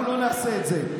אנחנו לא נעשה את זה.